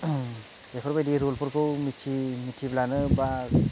बेफोरबायदि रुलफोरखौ मिथिब्लानो बा